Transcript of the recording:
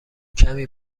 کمی